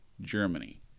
germany